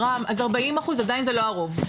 רם עד 40 אחוז, עדיין זה לא הרוב.